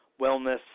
wellness